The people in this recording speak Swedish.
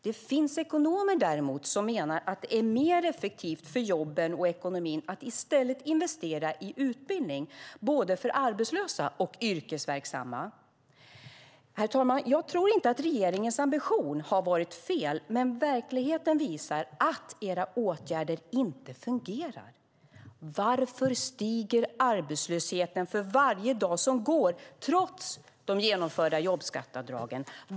Däremot finns det ekonomer som menar att det är mer effektivt för jobben och ekonomin att i stället investera i utbildning av både arbetslösa och yrkesverksamma. Jag tror inte att regeringens ambition har varit fel, men verkligheten visar att era åtgärder inte fungerar. Varför stiger arbetslösheten för varje dag som går trots de genomförda jobbskatteavdragen?